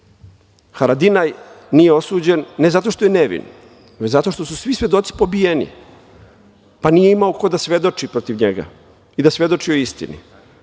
Haradinaj nije osuđen ne zato što je nevin, već zato što su svi svedoci pobijeni, pa nije imao ko da svedoči protiv njega i da svedoči o istini.